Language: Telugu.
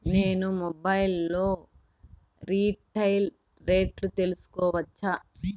నేను మొబైల్ లో రీటైల్ రేట్లు తెలుసుకోవచ్చా?